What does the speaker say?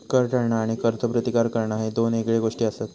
कर टाळणा आणि करचो प्रतिकार करणा ह्ये दोन येगळे गोष्टी आसत